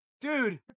dude